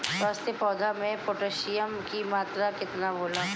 स्वस्थ पौधा मे पोटासियम कि मात्रा कितना होला?